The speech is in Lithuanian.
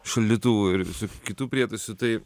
šaldytuvų ir visokių kitų prietaisų tai